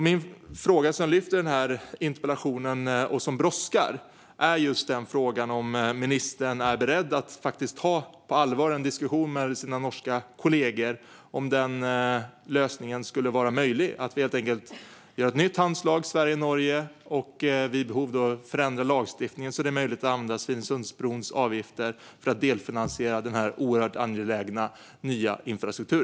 Min fråga som jag ställer i denna interpellation - och detta brådskar - är om ministern är beredd att på allvar ta en diskussion med sina norska kollegor om huruvida denna lösning skulle vara möjlig. Det handlar helt enkelt om att Sverige och Norge gör ett nytt handslag och att vi vid behov förändrar lagstiftningen så att det är möjligt att använda Svinesundsbrons avgifter för att delfinansiera denna oerhört angelägna nya infrastruktur.